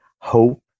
hope